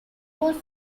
was